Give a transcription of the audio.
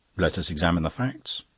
let us examine the facts.